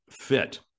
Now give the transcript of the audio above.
fit